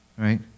Right